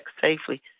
safely